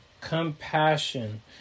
Compassion